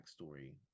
backstory